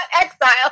exile